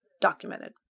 documented